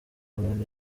abantu